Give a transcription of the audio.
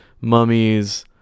Mummies